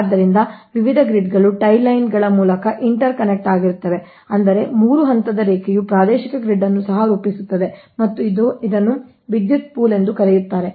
ಆದ್ದರಿಂದ ವಿವಿಧ ಗ್ರಿಡ್ಗಳು ಟೈ ಲೈನ್ಗಳ ಮೂಲಕ ಇಂಟರ್ ಕನೆಕ್ಟ್ ಆಗಿರುತ್ತವೆ ಅಂದರೆ 3 ಹಂತದ ರೇಖೆಯು ಪ್ರಾದೇಶಿಕ ಗ್ರಿಡ್ ಅನ್ನು ಸಹ ರೂಪಿಸುತ್ತದೆ ಮತ್ತು ಇದನ್ನು ವಿದ್ಯುತ್ ಪೂಲ್ ಎಂದೂ ಕರೆಯುತ್ತಾರೆ